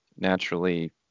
Naturally